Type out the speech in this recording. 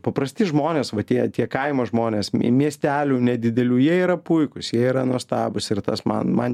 paprasti žmonės va tie tie kaimo žmonės miestelių nedidelių jie yra puikūs jie yra nuostabūs ir tas man man